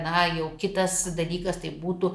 na jau kitas dalykas tai būtų